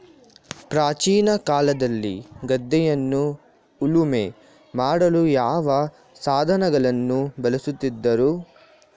ಪ್ರಾಚೀನ ಕಾಲದಲ್ಲಿ ಗದ್ದೆಯನ್ನು ಉಳುಮೆ ಮಾಡಲು ಯಾವ ಸಾಧನಗಳನ್ನು ಬಳಸುತ್ತಿದ್ದರು?